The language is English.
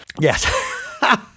Yes